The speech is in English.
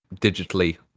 digitally